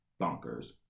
bonkers